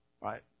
Right